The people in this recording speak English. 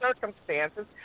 circumstances